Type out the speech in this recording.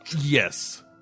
Yes